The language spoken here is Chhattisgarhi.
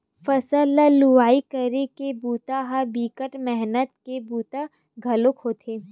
फसल ल लुवई करे के बूता ह बिकट मेहनत के बूता घलोक होथे